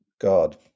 God